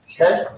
Okay